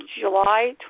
July